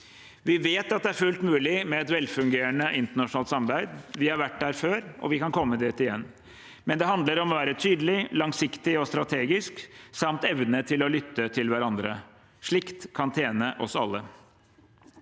Vi vet at det er fullt mulig med et velfungerende internasjonalt samarbeid. Vi har vært der før, og vi kan komme dit igjen. Det handler om å være tydelig, langsiktig og strategisk samt å evne å lytte til hverandre. Det kan tjene oss alle.